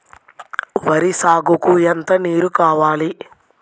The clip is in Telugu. వరి సాగుకు ఎంత నీరు కావాలి?